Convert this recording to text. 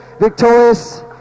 victorious